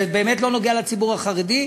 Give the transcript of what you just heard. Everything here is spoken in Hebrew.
זה באמת לא נוגע לציבור החרדי.